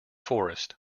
forest